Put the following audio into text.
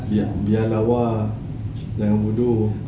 biar biar lawa jangan bodoh